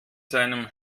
seinem